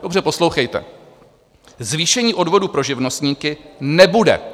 Dobře poslouchejte: Zvýšení odvodů pro živnostníky nebude.